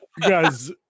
guys